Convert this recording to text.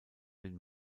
den